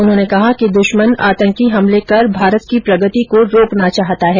उन्होंने कहा कि दुश्मन आतंकी हमले कर भारत की प्रगति को रोकना चाहता है